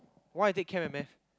why I take chem and math